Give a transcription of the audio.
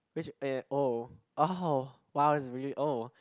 which eh oh oh wow it's really old